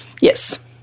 yes